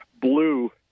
blue